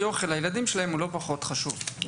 אוכל לילדים שלהם הוא לא פחות חשוב.